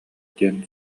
диэн